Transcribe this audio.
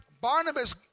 Barnabas